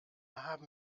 haben